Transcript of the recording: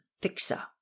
Fixer